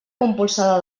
compulsada